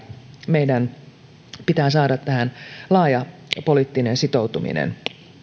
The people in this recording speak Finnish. meidän pitää saada tähän laaja poliittinen sitoutuminen